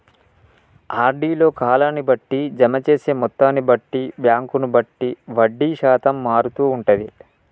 RD లో కాలాన్ని బట్టి, జమ చేసే మొత్తాన్ని బట్టి, బ్యాంకును బట్టి వడ్డీ శాతం మారుతూ ఉంటది